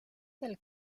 del